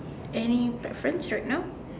any preference right now